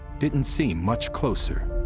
didn't seem much closer.